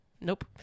Nope